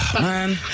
Man